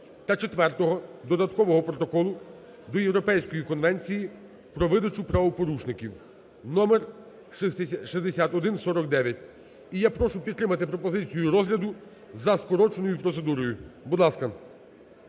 Четвертого додаткового протоколу до Європейської конвенції про видачу правопорушників (№ 6149). І я прошу підтримати пропозицію розгляду за скороченою процедурою. Будь ласка,